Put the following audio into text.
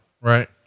right